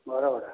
ଘର ଭଡ଼ା